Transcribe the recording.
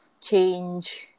change